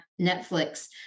Netflix